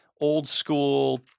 old-school